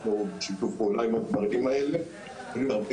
אנחנו בשיתוף פעולה עם הדברים האלה היו לי הרבה